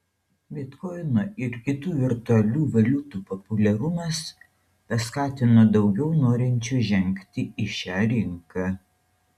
bitkoino ir kitų virtualių valiutų populiarumas paskatino daugiau norinčių žengti į šią rinką